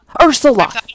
Ursula